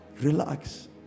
relax